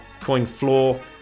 CoinFloor